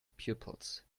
pupils